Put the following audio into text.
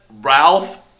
Ralph